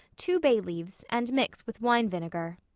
two bay-leaves and mix with wine vinegar.